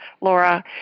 Laura